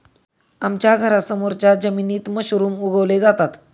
आमच्या घरासमोरच्या जमिनीत मशरूम उगवले जातात